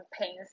pains